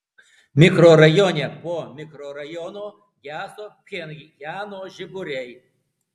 mikrorajone po mikrorajono geso pchenjano žiburiai